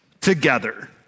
together